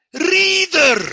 reader